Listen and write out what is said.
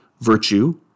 virtue